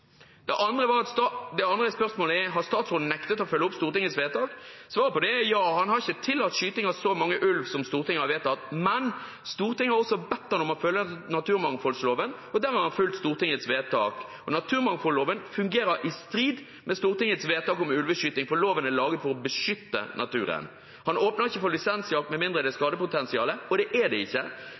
Det andre spørsmålet er: Har statsråden nektet å følge opp Stortingets vedtak? Svaret på det er ja, han har ikke tillatt skyting av så mange ulv som Stortinget har vedtatt, men Stortinget har også bedt ham om å følge naturmangfoldloven, og dermed har han fulgt Stortingets vedtak. Naturmangfoldloven fungerer i strid med Stortingets vedtak om ulveskyting, for loven er laget for å beskytte naturen. Han åpner ikke for lisensjakt med mindre det er skadepotensial, og det er det ikke.